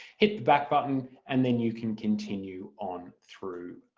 hit the back button and then you can continue on through